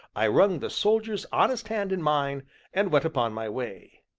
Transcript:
i wrung the soldier's honest hand in mine, and went upon my way.